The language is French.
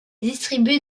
distribué